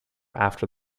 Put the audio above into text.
after